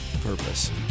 purpose